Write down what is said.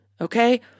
Okay